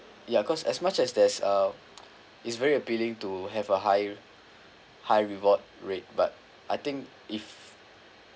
ya cause as much as there's uh it's very appealing to have a high high reward rate but I think if